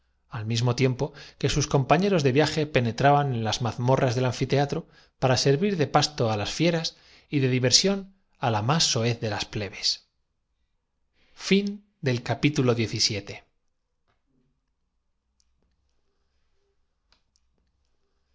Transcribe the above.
al mismo tiempo que á sus feligreses sus compañeros de viaje penetraban en las mazmorras quién pronuncia aquí el nombre del impostor de del anfiteatro para servir de pasto á las fieras y de di galilea rugió el prefecto pudiendo apenas mante versión á la más soez de las plebes